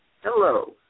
Hello